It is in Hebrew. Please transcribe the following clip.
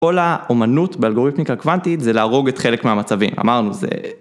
כל האומנות האלגוריתמיקה קוונטית זה להרוג את חלק מהמצבים, אמרנו זה...